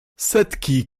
setki